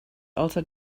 also